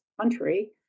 country